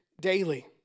daily